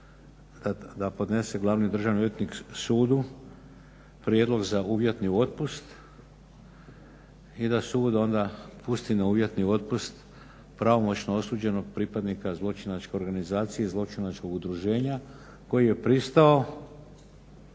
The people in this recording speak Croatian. da podnese Glavni državni odvjetnik sudu prijedlog za uvjetni otpust i da sud onda pusti na uvjetni otpust pravomoćno osuđenog pripadnika zločinačke organizacije i zločinačkog udruženja koji je pristao